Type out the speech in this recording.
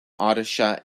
odisha